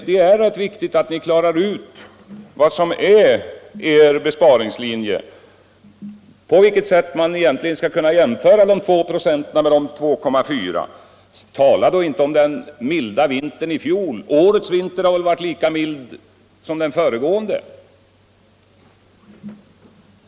Det är viktigt, jag upprepar det, att ni klarar ut vad som är er besparingslinje och på vilket sätt man egentligen skall kunna jämföra de 2 926 och de 2,4 96 som det har talats om. Och tala inte om den milda vintern i fjol. Denna vinter har väl varit lika mild som den förra!